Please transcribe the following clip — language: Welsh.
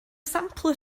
sampl